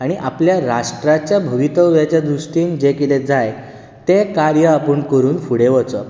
आनी आपल्या राष्ट्राच्या भवितव्याच्या दृश्टीन जें कितें जाय तें कार्य आपूण करून फुडें वचप